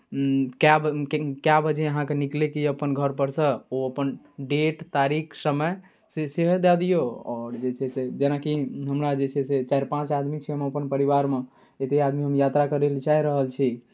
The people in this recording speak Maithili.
कए कए बजे अहाँकेँ निकलयके यए अपन घरपर सँ ओ अपन डेट तारीख समय से सेहो दए दियौ आओर जे छै से जेनाकि हमरा जे छै से चारि पाँच आदमी छी हम अपन परिवारमे एतेक आदमी हम यात्रा करय लेल चाहि रहल छी